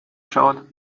schaut